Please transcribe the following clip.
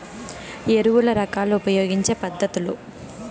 ఎరువుల రకాలు ఉపయోగించే పద్ధతులు?